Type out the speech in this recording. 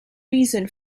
reason